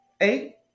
eight